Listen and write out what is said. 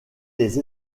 les